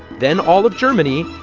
then all of germany,